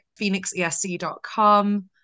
phoenixesc.com